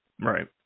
Right